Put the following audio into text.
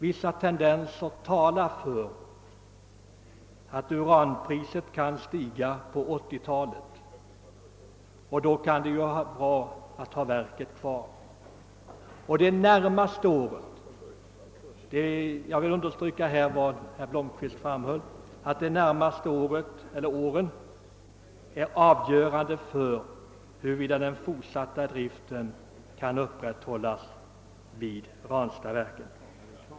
Vissa tendenser talar för att uranpriset kan stiga på 1980-talet. Då kan det vara bra att ha verket kvar. Jag vill understryka vad herr Blomkvist framhöll, att de närmaste åren är avgörande för huruvida driften kan upprätthållas vid Ranstadsverket.